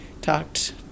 talked